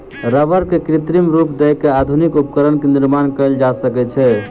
रबड़ के कृत्रिम रूप दय के आधुनिक उपकरण के निर्माण कयल जा सकै छै